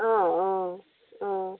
অঁ অঁ অঁ